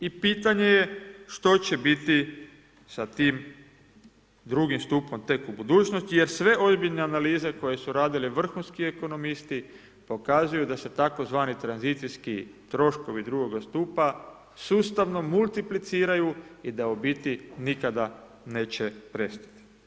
I pitanje je što će biti sa tim drugim stupom tek u budućnosti, jer sve ozbiljne analize koje su radili vrhunski ekonomijski, pokazuju da se tzv. tranzicijski troškovi 2. stupa sustavno multipliciraju i da u biti nikada neće prestati.